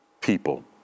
people